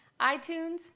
iTunes